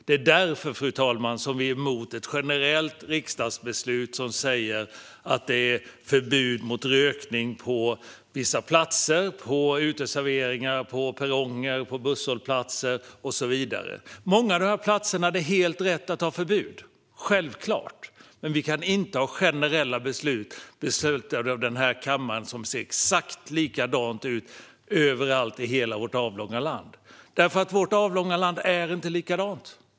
Det är därför, fru talman, som vi är emot ett generellt riksdagsbeslut om förbud mot rökning på vissa platser, på uteserveringar, på perronger, vid busshållplatser och så vidare. På många av dessa platser är det helt rätt att ha ett förbud, självklart. Men vi kan inte fatta generella beslut i den här kammaren som gör att det ser exakt likadant ut i hela vårt avlånga land. Vårt avlånga land är inte likadant.